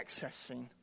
accessing